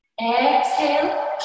exhale